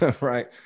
right